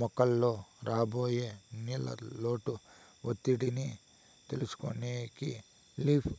మొక్కలలో రాబోయే నీళ్ళ లోటు ఒత్తిడిని తెలుసుకొనేకి లీఫ్